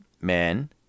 men